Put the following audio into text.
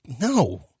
No